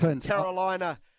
Carolina